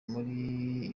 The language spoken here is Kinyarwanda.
muri